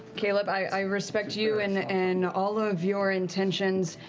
caleb, i respect you and and all ah of your intentions,